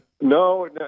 No